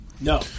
No